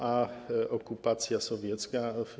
A okupacja sowiecka?